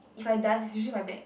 if I can usually my back